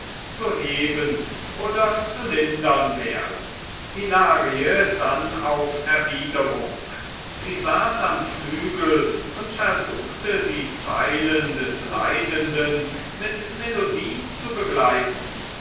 zu heben oder zu lindern wäre hilarie sann auf erwiderung sie saß am flügel und versuchte die zeilen des leidenden mit melodie zu begleiten